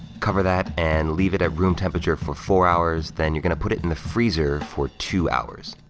cover that and leave it at room temperature for four hours, then you're gonna put it in the freezer for two hours.